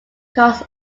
calls